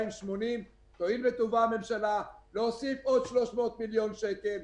תואיל בטובה הממשלה להוסיף עוד 300 מיליון שקל,